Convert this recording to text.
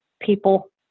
people